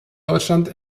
deutschland